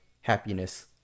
happiness